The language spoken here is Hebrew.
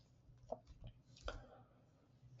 Icteranthidium Pseudoanthidium Rhodanthidium